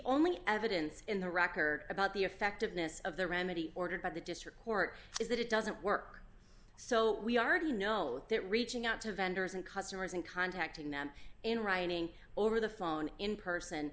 only evidence in the record about the effectiveness of the remedy ordered by the district court is that it doesn't work so we are to know that reaching out to vendors and customers and contacting them in writing over the phone in person